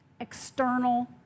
external